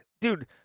Dude